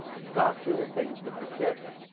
stocks are the things that persist.